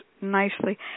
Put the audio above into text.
nicely